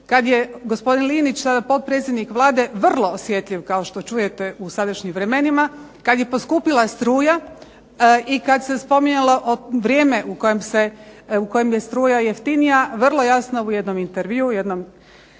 kad je gospodin Linić potpredsjednik Vlade, vrlo osjetljiv kao što čujete u sadašnjim vremenima, kad je poskupila struja i kad se spominjalo vrijeme u kojem je struja jeftinija, vrlo jasno u jednom intervjuu, u jednom